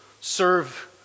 serve